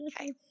Okay